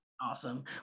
awesome